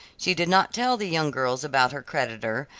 she did not tell the young girls about her creditor,